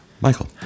Michael